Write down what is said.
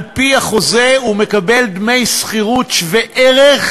על-פי החוזה הוא מקבל דמי שכירות שווי ערך